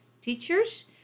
teachers